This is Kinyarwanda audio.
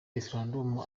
referendumu